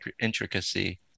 intricacy